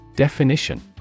Definition